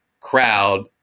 crowd